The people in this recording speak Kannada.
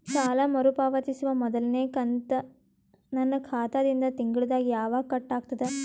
ಸಾಲಾ ಮರು ಪಾವತಿಸುವ ಮೊದಲನೇ ಕಂತ ನನ್ನ ಖಾತಾ ದಿಂದ ತಿಂಗಳದಾಗ ಯವಾಗ ಕಟ್ ಆಗತದ?